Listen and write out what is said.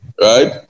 Right